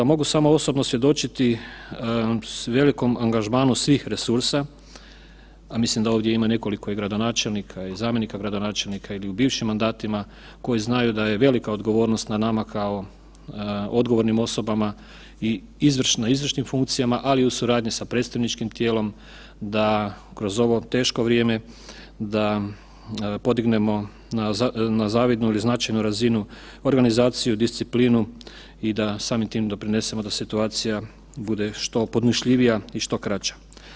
Mogu samo osobno svjedočiti velikom angažmanu svih resursa, a mislim da ovdje ima i nekoliko gradonačelnika i zamjenika gradonačelnika ili u bivšim mandatima koji znaju da je velika odgovornost na nama kao odgovornim osobama i na izvršnim funkcijama, ali u suradnji sa predstavničkim tijelom da kroz ovo teško vrijeme da podignemo na zavidnu ili značajnu razinu organizaciju, disciplinu i da samim tim doprinesemo da situacija bude što podnošljivija i što kraća.